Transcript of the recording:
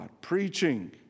preaching